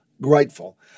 grateful